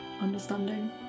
understanding